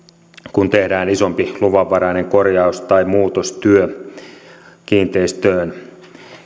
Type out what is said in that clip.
kun tehdään isompi luvanvarainen korjaus tai muutostyö kiinteistöön